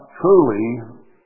truly